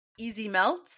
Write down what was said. easymelts